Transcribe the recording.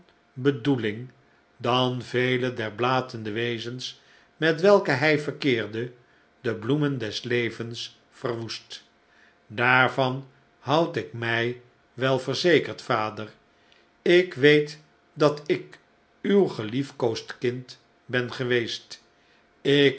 bedoeling dan vele der blatende wezens met welke hij verkeerde de bloemen des levens verwoest daarvan houd ik mij wel verzekerd vader ik weet dat ik uw geliefkoosd kind ben geweest ik